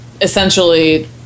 essentially